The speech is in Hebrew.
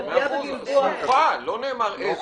הכלבייה בגלבוע -- סמוכה, לא נאמר איזה.